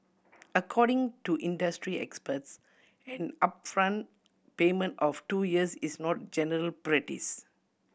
according to industry experts an upfront payment of two years is not general practice